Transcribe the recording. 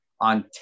on